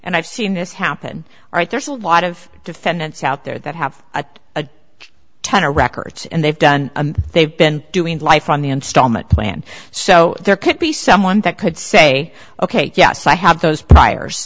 and i've seen this happen right there's a lot of defendants out there that have a ton a records and they've done they've been doing life on the installment plan so there could be someone that could say ok yes i have those prior